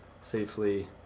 safely